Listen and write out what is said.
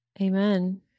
Amen